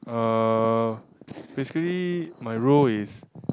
uh basically my role is